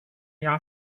镇压